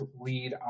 lead